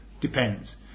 depends